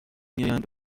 میآیند